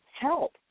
help